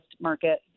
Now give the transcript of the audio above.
market